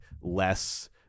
less